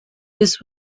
this